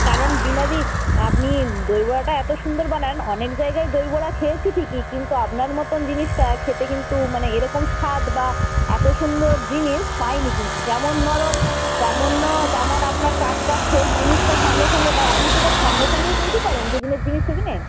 কারণ বীণাদি আপনি দই বড়াটা এত সুন্দর বানান অনেক জায়গায় দই বড়া খেয়েছি ঠিকই কিন্তু আপনার মতো জিনিসটা খেতে কিন্তু মানে এরকম স্বাদ বা এত সুন্দর জিনিস পাইনি কিন্তু যেমন নরম তেমন না তেমন আপনার টাটকা ফ্রেশ জিনিসটা সঙ্গে সঙ্গে দেয় আপনি কি এটা সঙ্গে সঙ্গেই তৈরি করেন যেদিনের জিনিস সেদিনে